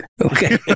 Okay